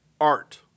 art